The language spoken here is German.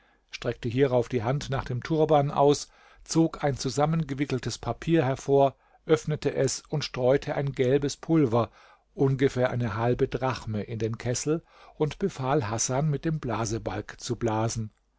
streckte hierauf die hand nach dem turban aus zog ein zusammengewickeltes papier hervor öffnete es und streute ein gelbes pulver ungefähr eine halbe drachme in den kessel und befahl hasan mit dem blasebalg zu blasen